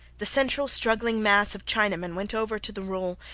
the central struggling mass of chinamen went over to the roll,